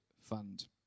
fund